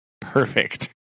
Perfect